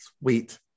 sweet